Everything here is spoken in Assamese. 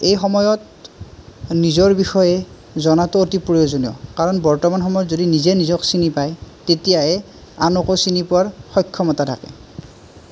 এই সময়ত নিজৰ বিষয়ে জনাটো অতি প্ৰয়োজনীয় কাৰণ বৰ্তমান সময়ত যদি নিজে নিজক চিনি পায় তেতিয়াহে আনকো চিনি পোৱাৰ সক্ষমতা থাকে